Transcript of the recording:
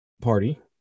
Party